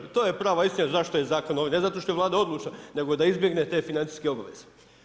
To je prava istina zašto je zakon ovdje, ne zato što je vlada odlučna, nego da izbjegne te financijske obveze.